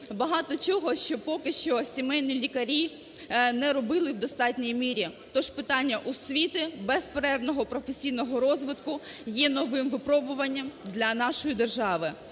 багато чого, що поки що сімейні лікарі не робили в достатній мірі. Тож питання освіти, безперервного професійного розвитку є новим випробуванням для нашої держави.